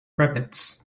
rabbits